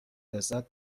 لذت